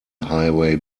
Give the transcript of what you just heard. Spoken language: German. highway